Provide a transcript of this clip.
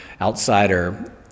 outsider